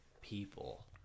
people